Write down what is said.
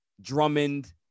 Drummond